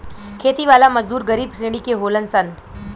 खेती वाला मजदूर गरीब श्रेणी के होलन सन